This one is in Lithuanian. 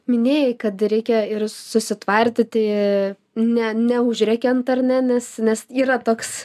minėjai kad reikia ir susitvardyti ne neužrėkiant ar ne nes nes yra toks